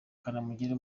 kanamugire